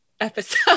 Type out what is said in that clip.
episode